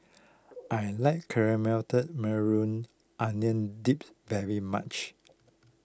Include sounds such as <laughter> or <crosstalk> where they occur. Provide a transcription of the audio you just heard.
<noise> I like Carameled Maui Onion Dip very much